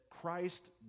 Christ